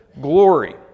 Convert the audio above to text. glory